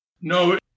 No